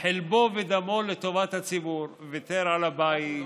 חלבו ודמו לטובת הציבור, ויתר על הבית,